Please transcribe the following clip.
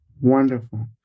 Wonderful